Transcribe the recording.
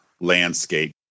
landscape